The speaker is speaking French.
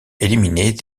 éliminée